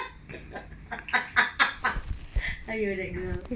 !aiyo! that girl